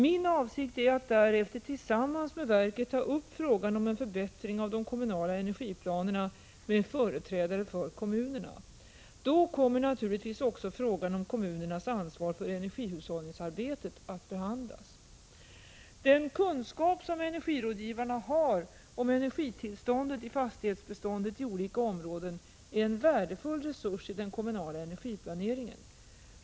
Min avsikt är att därefter tillsammans med verket ta upp frågan om en förbättring av de kommunala energiplanerna med företrädare för kommunerna. Då kommer naturligtvis också frågan om kommunernas ansvar för energihushållningsarbetet att behandlas. Den kunskap som energirådgivarna har om energitillståndet i fastighetsbeståndet i olika områden är en värdefull resurs i den kommunala energiplaneringen.